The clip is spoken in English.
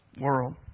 world